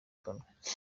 kanwa